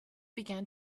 began